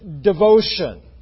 devotion